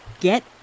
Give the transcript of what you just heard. Get